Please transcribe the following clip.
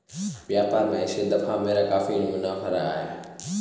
व्यापार में इस दफा मेरा काफी मुनाफा हो रहा है